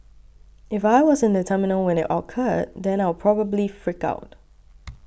if I was in the terminal when it occurred then I'll probably freak out